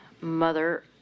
mother